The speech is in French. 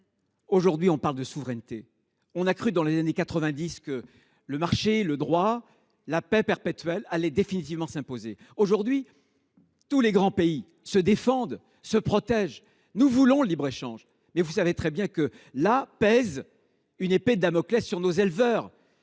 Aujourd’hui, on parle de souveraineté. On a cru dans les années 1990 que le marché, le droit, la paix perpétuelle allaient définitivement s’imposer. À l’heure actuelle, tous les grands pays se défendent, se protègent. Nous voulons le libre échange, mais vous savez très bien qu’une épée de Damoclès pèse sur nos éleveurs